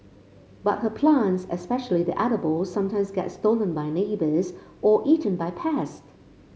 but her plants especially the edibles sometimes get stolen by neighbours or eaten by pests